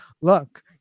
look